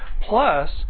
Plus